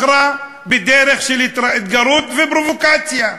בחרה בדרך של התגרות ופרובוקציה,